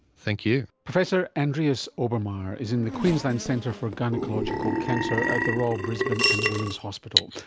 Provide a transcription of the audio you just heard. thank you. professor andreas obermair is in the queensland centre for gynaecological cancer at the royal brisbane and women's hospital.